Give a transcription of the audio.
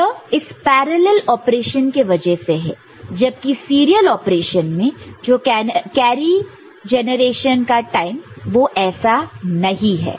यह इस parallel operation के वजह से है जबकि सीरियल ऑपरेशन में जो कैरी जनरेशन टाइम है वह ऐसा नहीं है